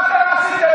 ומה אתם עשיתם?